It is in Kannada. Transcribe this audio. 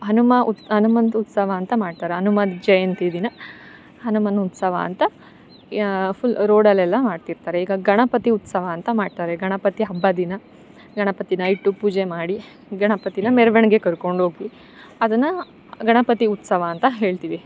ಹನುಮ ಉತ್ ಹನುಮಂತ್ ಉತ್ಸವ ಅಂತ ಮಾಡ್ತಾರೆ ಹನುಮ ಜಯಂತಿ ದಿನ ಹನುಮನ ಉತ್ಸವ ಅಂತ ಯಾ ಫುಲ್ ರೋಡಲೆಲ್ಲ ಮಾಡ್ತಿರ್ತಾರೆ ಈಗ ಗಣಪತಿ ಉತ್ಸವ ಅಂತ ಮಾಡ್ತಾರೆ ಗಣಪತಿ ಹಬ್ಬ ದಿನ ಗಣಪತಿನ ಇಟ್ಟು ಪೂಜೆ ಮಾಡಿ ಗಣಪತಿನ ಮೆರವಣ್ಗೆ ಕರ್ಕೊಂಡು ಹೋಗಿ ಅದನ್ನು ಗಣಪತಿ ಉತ್ಸವ ಅಂತ ಹೇಳ್ತಿವಿ